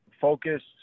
focused